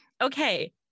Okay